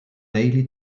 daily